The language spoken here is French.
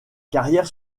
carrières